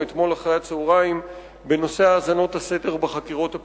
אתמול אחרי הצהריים בנושא האזנות הסתר בחקירות הפליליות.